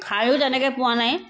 খায়ো তেনেকৈ পোৱা নাই